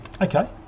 Okay